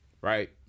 right